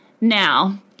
now